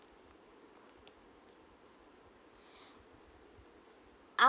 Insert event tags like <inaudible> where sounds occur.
<breath>